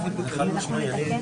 את 59יז.